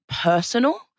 personal